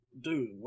Dude